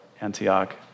Antioch